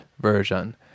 version